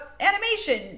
animation